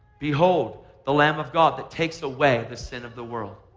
behold the lamb of god that takes away the sin of the world.